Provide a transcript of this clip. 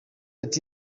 ati